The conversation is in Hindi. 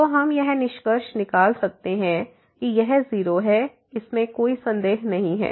तो हम यह निष्कर्ष निकाल सकते हैं कि यह 0 है इसमें कोई संदेह नहीं है